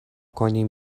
کنیم